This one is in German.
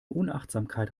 unachtsamkeit